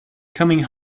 coming